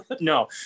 No